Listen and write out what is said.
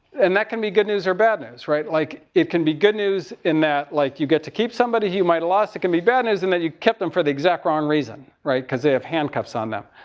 and that can be good news or bad news, right? like, it can be good news in that like, you get to keep somebody you might have lost. it could be bad news in that you kept them for the exact wrong reason, right? because they have handcuffs on them.